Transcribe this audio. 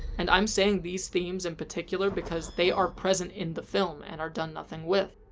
and i'm saying these themes in particular because they are present in the film and are done nothing with.